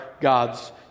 God's